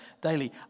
daily